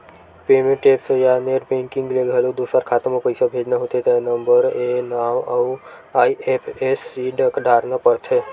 payment apps या net banking ले घलो दूसर खाता म पइसा भेजना होथे त नंबरए नांव अउ आई.एफ.एस.सी डारना परथे